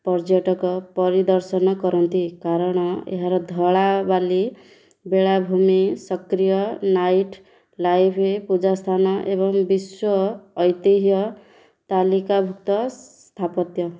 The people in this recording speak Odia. ପର୍ଯ୍ୟଟକ ପରିଦର୍ଶନ କରନ୍ତି କାରଣ ଏହାର ଧଳା ବାଲି ବେଳାଭୂମି ସକ୍ରିୟ ନାଇଟ୍ ଲାଇଫ୍ ପୂଜାସ୍ଥାନ ଏବଂ ବିଶ୍ୱ ଐତିହ୍ୟ ତାଲିକାଭୁକ୍ତ ସ୍ଥାପତ୍ୟ